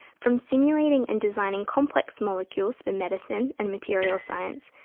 from simulating and designing complex molecules for medicine and materials science,